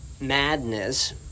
madness